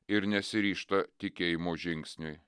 ir nesiryžta tikėjimo žingsniui